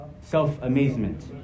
self-amazement